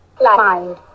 mind